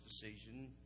decision